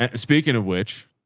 ah speaking of which